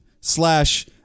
slash